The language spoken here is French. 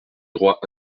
droit